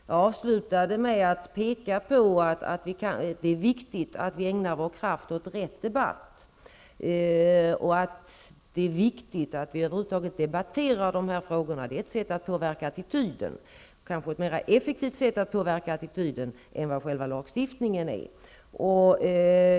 Jag pekade på att det är viktigt att vi ägnar vår kraft åt rätt debatt och att det är viktigt att vi över huvud taget debatterar de här frågorna -- det är ett sätt att påverka attityder, kanske ett mer effektivt sätt att påverka attityder än vad själva lagstiftningen är.